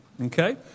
Okay